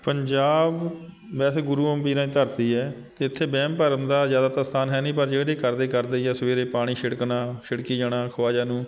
ਪੰਜਾਬ ਵੈਸੇ ਗੁਰੂਆਂ ਪੀਰਾਂ ਦੀ ਧਰਤੀ ਹੈ ਅਤੇ ਇੱਥੇ ਵਹਿਮ ਭਰਮ ਦਾ ਜ਼ਿਆਦਾਤਰ ਸਥਾਨ ਹੈ ਨਹੀਂ ਪਰ ਜਿਹੜੇ ਕਰਦੇ ਕਰਦੇ ਹੀ ਆ ਸਵੇਰੇ ਪਾਣੀ ਛਿੜਕਣਾ ਛਿੜਕੀ ਜਾਣਾ ਖਵਾਜਾ ਨੂੰ